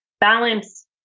balance